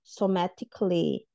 somatically